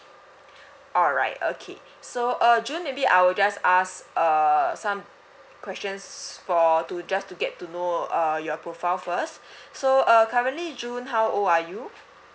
alright okay so uh june maybe I will just ask uh some questions for to just to get to know uh your profile first so uh currently june how old are you